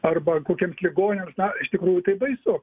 arba kokiems ligoniams na iš tikrųjų tai baisu